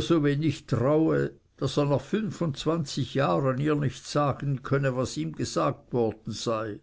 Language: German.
so wenig traue daß er nach fünfundzwanzig jahren ihr nicht sagen möge was ihm gesagt worden sei